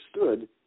understood